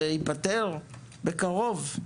זה ייפתר בקרוב?